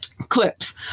Clips